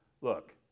look